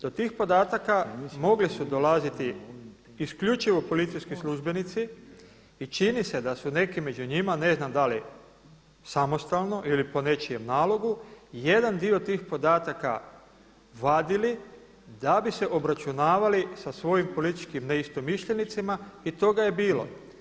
Do tih podataka mogli su dolaziti isključivo policijski službenici i čini se da su neki među njima, ne znam da li samostalno ili po nečijem nalogu, jedan dio tih podataka vadili da bi se obračunavali sa svojim političkim neistomišljenicima i toga je bilo.